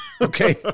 Okay